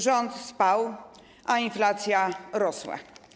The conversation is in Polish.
Rząd spał, a inflacja rosła.